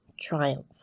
Triumph